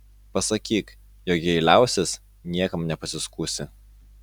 pasakyk jog jei liausis niekam nepasiskųsi